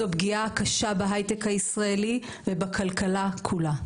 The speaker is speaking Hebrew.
זו פגיעה קשה בהייטק הישראלי ובכלכלה כולה.